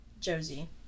Josie